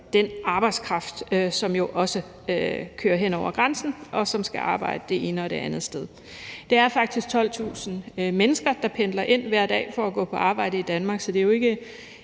den arbejdskraft, som jo også kører hen over grænsen, og som skal arbejde det ene og det andet sted. Der er faktisk 12.000 mennesker, der hver dag pendler ind for at gå på arbejde i Danmark, så det er jo ikke